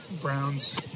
Browns